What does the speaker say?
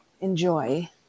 enjoy